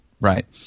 Right